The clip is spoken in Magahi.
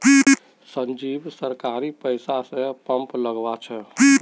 संजीव सरकारी पैसा स पंप लगवा छ